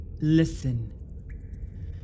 Listen